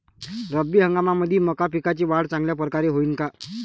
रब्बी हंगामामंदी मका पिकाची वाढ चांगल्या परकारे होईन का?